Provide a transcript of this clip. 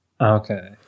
Okay